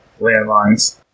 landlines